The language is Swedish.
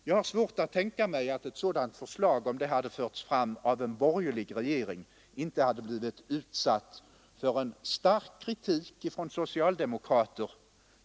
Jag har svårt att tänka mig att ett sådant förslag, om det hade förts fram av en borgerlig regering, inte hade utsatts för en stark kritik av socialdemokrater.